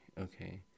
Okay